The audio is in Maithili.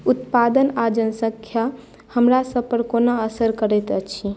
उत्पादन आ जनसङ्ख्या हमरा सभपर कोना असर करैत अछि